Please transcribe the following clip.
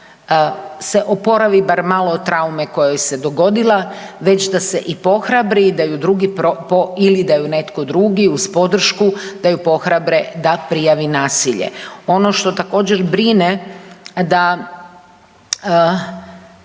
se oporavi bar malo od traume koja joj se dogodila već da se i poohrabri i da ju drugi, ili da ju netko drugi, uz podršku, da ju pohrabre da prijavi nasilje. Ono što također brine, da,